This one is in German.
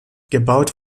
gebaut